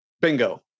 Bingo